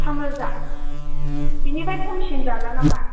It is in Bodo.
थाम रोजा बेनिफ्राय खमसिन जाला नामा